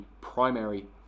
primary